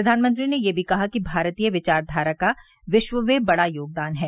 प्रधानमंत्री ने यह भी कहा कि भारतीय विचारधारा का विश्व में बड़ा योगदान है